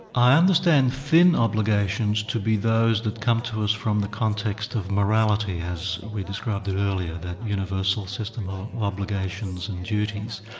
i understand thin obligations to be those that come to us from the context or morality as we described it earlier, that universal system of obligations and duties.